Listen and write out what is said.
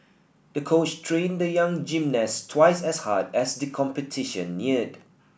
the coach trained the young gymnast twice as hard as the competition neared